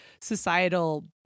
societal